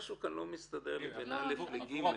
משהו כאן לא מסתדר לי בין (א) ל-(ג).